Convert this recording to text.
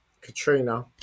Katrina